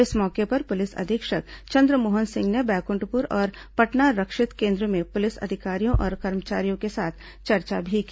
इस मौके पर पुलिस अधीक्षक चंद्रमोहन सिंह ने बैकुंठपुर और पटना रक्षित अधिकारियों और कर्मचारियों के साथ चर्चा भी की